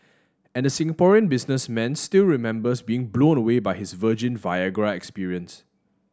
and the Singaporean businessman still remembers being blown away by his virgin Viagra experience